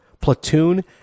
Platoon